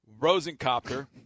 Rosencopter